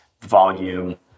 volume